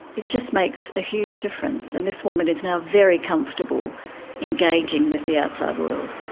it just makes a huge difference. and this woman is now very comfortable engaging with the outside world.